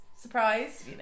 surprise